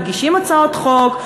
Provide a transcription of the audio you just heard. מגישים הצעות חוק,